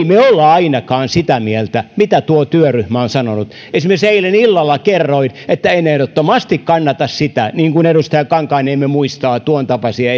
me ole ainakaan sitä mieltä mitä tuo työryhmä on sanonut esimerkiksi eilen illalla kerroin että en ehdottomasti kannata niin kuin edustaja kankaanniemi muistaa tuon tapaisia